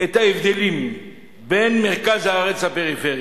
את ההבדלים בין מרכז הארץ לפריפריה.